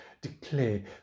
declare